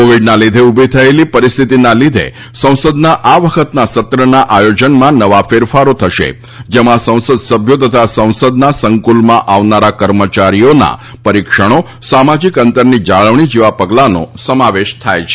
કોવિડના લીધે ઊભી થયેલી પરિસ્થિતિના લીધે સંસદના આ વખતના સત્રના આયોજનમાં નવા ફેરફારો થશે જેમાં સંસદ સભ્યો તથા સંસદના સંકુલમાં આવનારા કર્મચારીઓના પરિક્ષણો સામાજિક અંતરની જાળવણી જેવા પગલાંનો સમાવેશ થાય છે